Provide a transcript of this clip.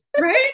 right